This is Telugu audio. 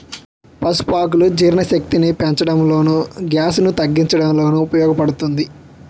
పసుపు ఆకులు జీర్ణశక్తిని పెంచడంలోను, గ్యాస్ ను తగ్గించడంలోనూ ఉపయోగ పడుతుంది